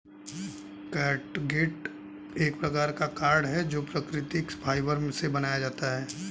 catgut एक प्रकार का कॉर्ड है जो प्राकृतिक फाइबर से बनाया जाता है